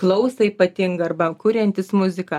klausą ypatingą arba kuriantis muziką